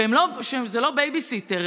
שזה לא בייביסיטר,